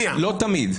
לא תמיד.